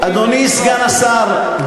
אדוני סגן השר,